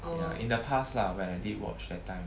ya in the past lah when I did watch that time